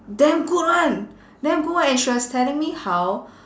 damn good [one] damn good [one] and she was telling me how